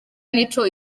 nico